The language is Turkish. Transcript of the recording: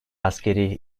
askeri